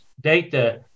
data